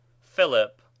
Philip